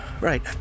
right